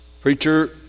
Preacher